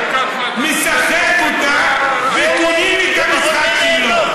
הוא משחק אותה וקונים את המשחק שלו.